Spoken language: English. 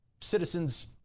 citizens